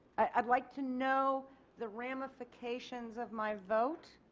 i would like to know the ramifications of my vote.